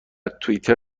توئیتر